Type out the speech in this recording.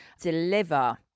deliver